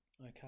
okay